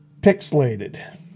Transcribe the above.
pixelated